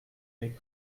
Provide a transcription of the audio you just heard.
mes